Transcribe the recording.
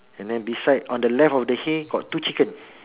and then beside on the left of the hay got two chicken